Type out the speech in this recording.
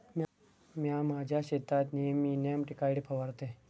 म्या माझ्या शेतात नेयमी नेमॅटिकाइड फवारतय